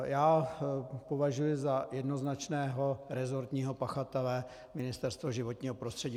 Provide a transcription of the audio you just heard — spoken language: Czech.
Já považuji za jednoznačného resortního pachatele Ministerstvo životního prostředí.